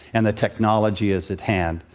and the technology is at hand.